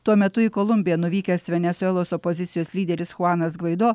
tuo metu į kolumbiją nuvykęs venesuelos opozicijos lyderis chuanas gvaido